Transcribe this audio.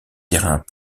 terrains